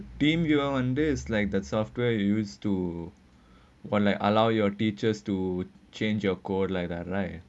pim you are on the is like the software you used to [one] like allow your teachers to change your code like that right